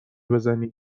بزنی